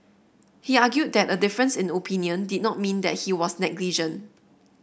he argued that a difference in opinion did not mean that he was negligent